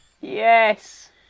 Yes